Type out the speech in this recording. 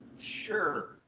Sure